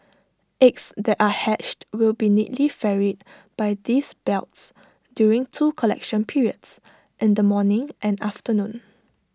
eggs that are hatched will be neatly ferried by these belts during two collection periods in the morning and afternoon